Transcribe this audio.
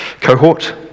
cohort